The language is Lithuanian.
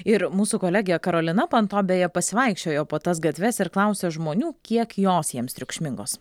ir mūsų kolegė karolina panto beje pasivaikščiojo po tas gatves ir klausė žmonių kiek jos jiems triukšmingos